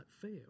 fail